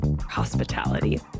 Hospitality